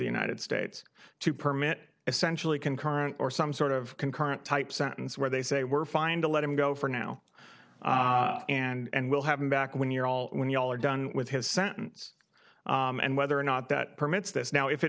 united states to permit essentially concurrent or some sort of concurrent type sentence where they say we're fine to let him go for now and we'll have him back when you're all when you all are done with his sentence and whether or not that permits this now if it